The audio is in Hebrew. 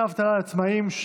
דמי אבטלה לעצמאים),